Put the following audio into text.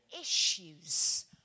issues